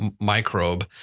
microbe